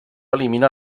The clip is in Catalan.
elimina